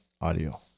audio